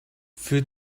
für